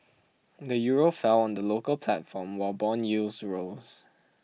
the euro fell on the local platform while bond yields rose